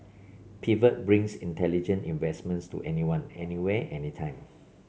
pivot brings intelligent investments to anyone anywhere anytime